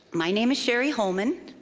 my name is cheri holman.